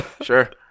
Sure